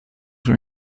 were